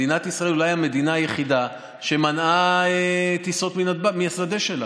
מדינת ישראל אולי המדינה היחידה שמנעה טיסות מהשדה שלה.